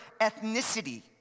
ethnicity